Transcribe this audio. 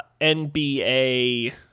nba